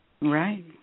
Right